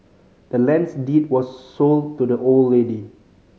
the land's deed was sold to the old lady